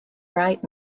bright